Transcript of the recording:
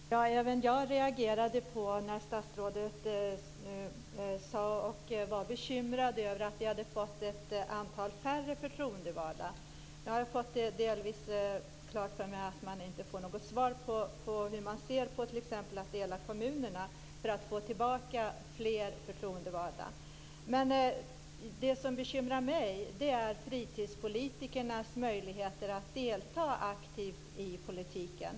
Fru talman! Även jag reagerade när statsrådet var bekymrad över att vi hade fått ett minskat antal förtroendevalda. Jag har delvis fått klart för mig att man inte får något svar när det gäller t.ex. synen på att dela kommunerna för att få tillbaka fler förtroendevalda. Men det som bekymrar mig är fritidspolitikernas möjligheter att delta aktivt i politiken.